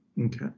Okay